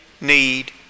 need